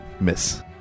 miss